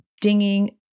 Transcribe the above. dinging